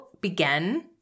begin